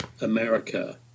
America